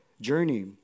journey